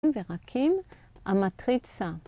אם ורק אם המטריצה.